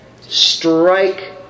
Strike